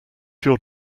your